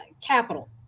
capital